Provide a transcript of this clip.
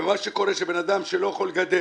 ומה שקורה כשבן אדם לא יכול לגדל,